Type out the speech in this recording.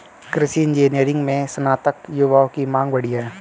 कृषि इंजीनियरिंग में स्नातक युवाओं की मांग बढ़ी है